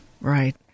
right